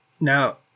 Now